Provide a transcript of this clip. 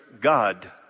God